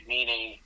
Meaning